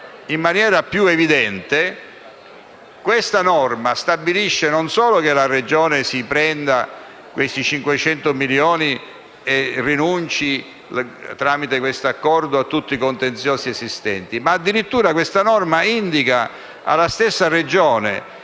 ancora più evidente, la norma in parola stabilisce non solo che la Regione si prenda questi 500 milioni e rinunci tramite questo accordo a tutti i contenziosi esistenti, ma addirittura indica alla stessa Regione,